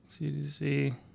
CDC